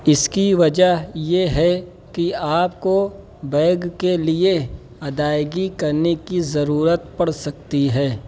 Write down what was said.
اس کی وجہ یہ ہے کہ آپ کو بیگ کے لیے ادائیگی کرنے کی ضرورت پڑ سکتی ہے